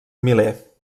miler